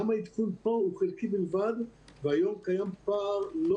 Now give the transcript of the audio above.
גם העדכון פה הוא חלקי בלבד והיום קיים פער לא